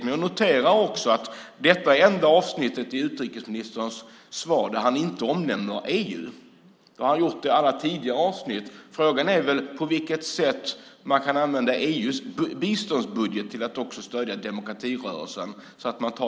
Men jag noterar också att detta är enda avsnittet i utrikesministerns svar där han inte omnämner EU. Det har han gjort i alla andra avsnitt. Frågan är på vilket sätt man kan använda EU:s biståndsbudget till att också stödja demokratirörelsen.